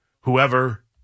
whoever